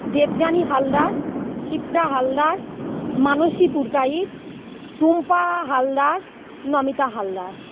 Debjani Haldar Shipra Haldar Manasi Purkait Tumpa Haldar Namita Haldar